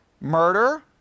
murder